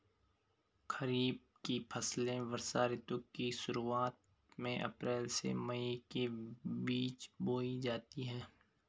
खरीफ की फसलें वर्षा ऋतु की शुरुआत में, अप्रैल से मई के बीच बोई जाती हैं